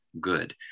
good